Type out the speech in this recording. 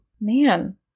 Man